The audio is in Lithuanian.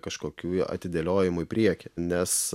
kažkokių atidėliojimų į priekį nes